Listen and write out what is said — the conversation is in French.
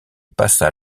passa